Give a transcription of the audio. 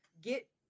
get